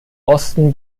osten